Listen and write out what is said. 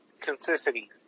consistency